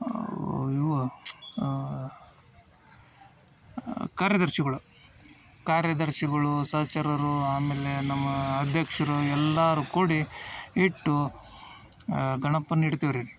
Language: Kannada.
ಇವ್ರ ಕಾರ್ಯದರ್ಶಿಗಳು ಕಾರ್ಯದರ್ಶಿಗಳು ಸಹಚರರೂ ಆಮೇಲೆ ನಮ್ಮ ಅದ್ಯಕ್ಷರು ಎಲ್ಲಾರು ಕೂಡಿ ಇಟ್ಟು ಗಣಪನ್ನ ಇಡ್ತೀವ್ರೀ